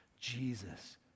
Jesus